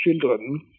children